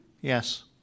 Yes